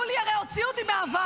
הרי יולי הוציא אותי מהוועדה,